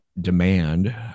demand